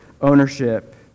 ownership